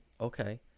okay